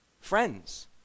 friends